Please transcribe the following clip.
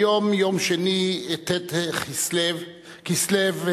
היום יום שני, ט' בכסלו תשע"ב,